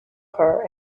her